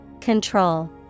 Control